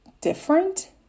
different